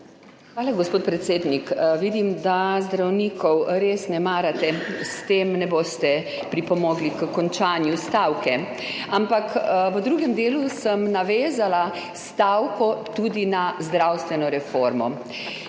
Hvala, gospod podpredsednik. Vidim, da zdravnikov res ne marate. S tem ne boste pripomogli h končanju stavke. V drugem delu sem navezala stavko tudi na zdravstveno reformo.